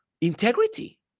integrity